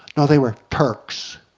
no they were turks.